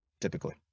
typically